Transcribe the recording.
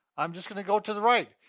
i'm just gonna go to the right.